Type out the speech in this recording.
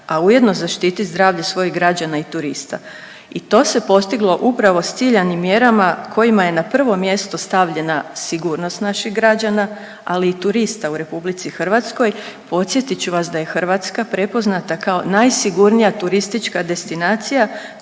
a ujedno zaštiti zdravlje svojih građana i turista. I to se postiglo upravo sa ciljanim mjerama kojima je na prvo mjesto stavljena sigurnost naših građana, ali i turista u Republici Hrvatskoj. Podsjetit ću vas da je Hrvatska prepoznata kao najsigurnija turistička destinacija